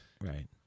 Right